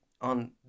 on